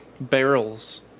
barrels